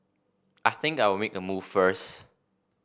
I think I'll make a move first